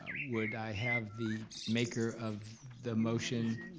would i have the maker of the motion